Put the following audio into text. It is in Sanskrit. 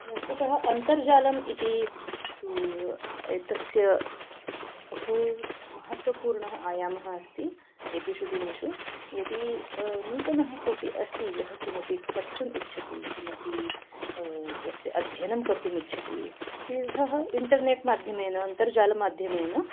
वस्तुतः अन्तर्जालम् इति तु एतस्य बहु महत्वपूर्णः आयामः अस्ति एतेषु दिनेषु यदि नूतनः कोऽपि अस्ति यः किमपि पठितुम् इच्छति किमपि स्वस्य अध्ययनं कर्तुम् इच्छति ते सः इण्टर्नेट् माध्यमेन अन्तर्जालमाध्यमेन